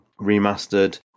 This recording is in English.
remastered